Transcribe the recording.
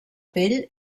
pell